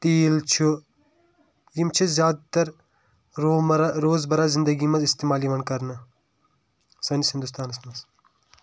تیٖل چھُ یِم چھِ زیادٕ تر رومرہ روزمرہ زندگی منٛز استعمال یِوان کرنہٕ سٲنِس ہندوستانس منٛز